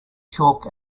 chalk